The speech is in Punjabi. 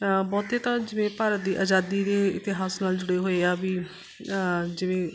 ਬਹੁਤੇ ਤਾਂ ਜਿਵੇਂ ਭਾਰਤ ਦੀ ਆਜ਼ਾਦੀ ਦੇ ਇਤਿਹਾਸ ਨਾਲ ਜੁੜੇ ਹੋਏ ਆ ਵੀ ਜਿਵੇਂ